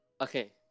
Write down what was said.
okay